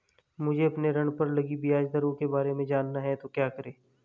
मुझे अपने ऋण पर लगी ब्याज दरों के बारे में जानना है तो क्या करें?